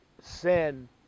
sin